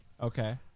Okay